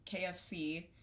KFC